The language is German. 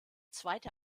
zweite